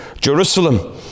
Jerusalem